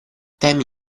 temi